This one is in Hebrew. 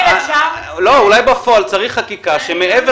אולי בפועל צריך חקיקה לגבי המכשור עצמו,